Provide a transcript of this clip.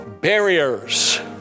barriers